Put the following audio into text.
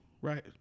right